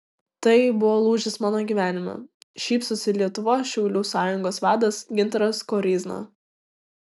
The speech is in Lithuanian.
tai buvo lūžis mano gyvenime šypsosi lietuvos šaulių sąjungos vadas gintaras koryzna